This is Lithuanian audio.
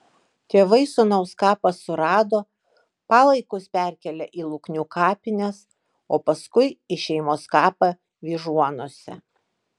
tėvai sūnaus kapą surado palaikus perkėlė į luknių kapines o paskui į šeimos kapą vyžuonose